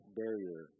barrier